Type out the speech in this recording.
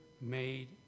made